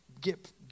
Get